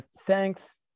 Thanks